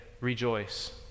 rejoice